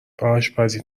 آشپزی